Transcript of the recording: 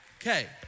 Okay